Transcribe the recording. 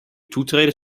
toetreden